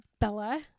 Bella